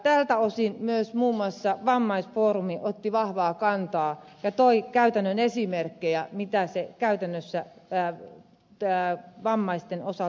tältä osin myös muun muassa vammaisfoorumi otti vahvaa kantaa ja toi käytännön esimerkkejä mitä se käytännössä vammaisten osalta tarkoittaa